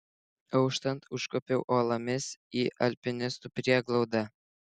auštant užkopiau uolomis į alpinistų prieglaudą